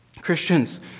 Christians